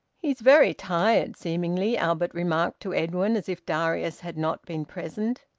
he's very tired, seemingly, albert remarked to edwin, as if darius had not been present.